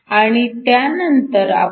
आणि त्यानंतर आपण